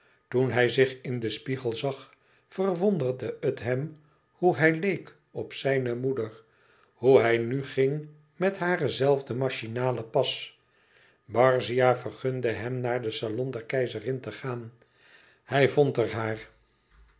toen hij zich in een spiegel zag verwonderde het hem hoe hij leek op zijne moeder hoe hij nu ging met hare zelfde machinale pas barzia vergunde hem naar den salon der keizerin te gaan hij vond er haar